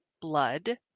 blood